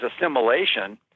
assimilation